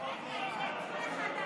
הם הלכו לחדרים.